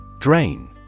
Drain